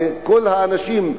וכל האנשים,